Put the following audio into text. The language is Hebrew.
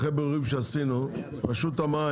הרגולטור שאחראי על תאגידי המים, רשות המים,